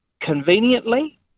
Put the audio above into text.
conveniently